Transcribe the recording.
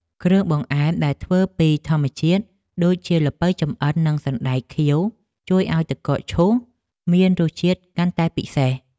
គ្រឿងបង្អែមដែលធ្វើពីធម្មជាតិដូចជាល្ពៅចម្អិននិងសណ្តែកខៀវជួយឱ្យទឹកកកឈូសមានរសជាតិកាន់តែពិសេស។